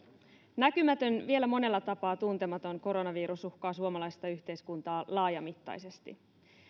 näkymätön vielä monella tapaa tuntematon koronavirus uhkaa suomalaista yhteiskuntaa laajamittaisesti